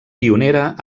pionera